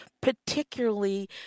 particularly